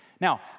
Now